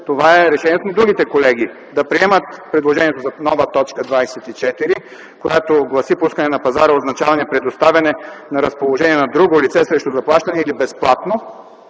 Това е решение на другите колеги – да приемат предложението за нова т. 24, която гласи: „пускане на пазара” означава предоставяне на разположение на друго лице срещу заплащане или безплатно”